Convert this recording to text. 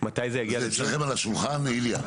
אצלכם על השולחן, איליה?